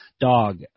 dog